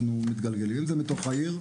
אם זה מתוך העיר,